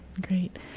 Great